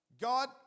God